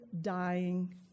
dying